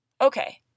Okay